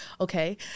Okay